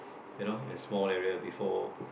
you know a small area before